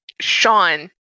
sean